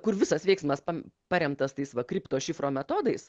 kur visas veiksmas par paremtas tais va kripto šifro metodais